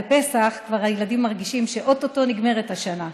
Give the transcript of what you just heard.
בפסח כבר הילדים מרגישים שאו-טו-טו נגמרת השנה,